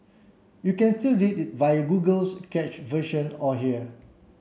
you can still read it via Google's cache version or here